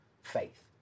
faith